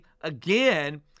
again